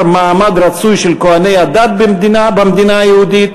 המעמד הרצוי של כוהני הדת במדינה היהודית,